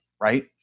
right